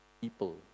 people